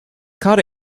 caught